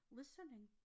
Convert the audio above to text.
listening